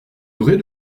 aurez